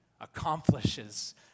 accomplishes